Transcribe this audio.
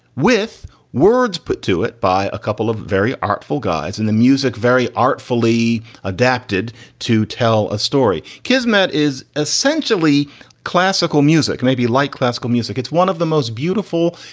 with words put to it by a couple of very artful guys in the music, very artfully adapted to tell a story. kismet is essentially classical music, maybe like classical music. it's one of the most beautiful,